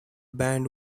band